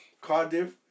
Cardiff